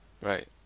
Right